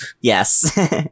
Yes